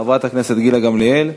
חברת הכנסת גילה גמליאל.